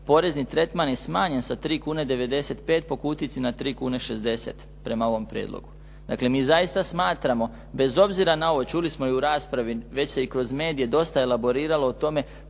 porezni tretman je smanjen sa 3 kune 95 po kutijici na 3 kune 60 prema ovom prijedlogu. Dakle mi zaista smatramo, bez obzira na ovo, čuli smo i u raspravi, već se i kroz medije dosta elaboriralo o tome